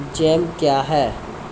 Jam क्या हैं?